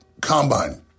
Combine